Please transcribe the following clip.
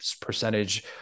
percentage